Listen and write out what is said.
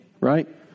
Right